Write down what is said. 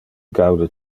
gaude